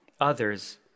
others